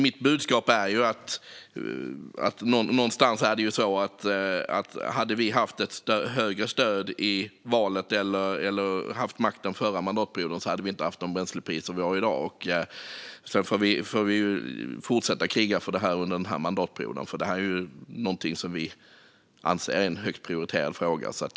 Mitt budskap är att om vi hade fått ett högre stöd i valet eller haft makten den förra mandatperioden hade vi inte haft de bränslepriser som vi har i dag. Nu får vi fortsätta att kriga för det här under mandatperioden. Det här är ju en högt prioriterad fråga för oss.